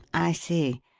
i see.